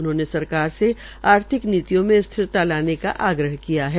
उन्होंने सरकार से आर्थिक नीतियों में स्थिरता लाने का आग्रह किया है